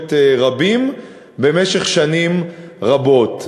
תקשורת רבים במשך שנים רבות.